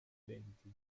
denti